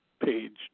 page